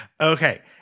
Okay